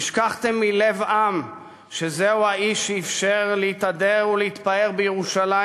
השכחתם מלב עם שזהו האיש שאִפשר להתהדר ולהתפאר בירושלים